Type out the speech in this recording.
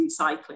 recycling